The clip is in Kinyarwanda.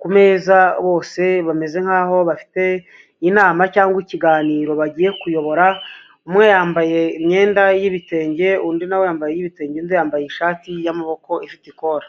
ku meza bose bameze nkaho bafite inama cyangwa ikiganiro bagiye kuyobora, umwe yambaye imyenda y'ibitenge ,undi na we yambaye iy'ibitenge, undi yambaye ishati y'amaboko ifite ikora.